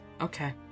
Okay